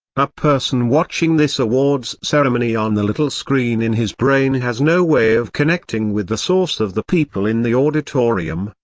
a person watching this awards ceremony on the little screen in his brain has no way of connecting with the source of the people in the auditorium,